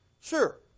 Sure